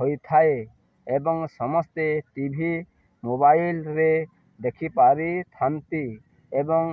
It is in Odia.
ହୋଇଥାଏ ଏବଂ ସମସ୍ତେ ଟି ଭି ମୋବାଇଲରେ ଦେଖିପାରିଥାନ୍ତି ଏବଂ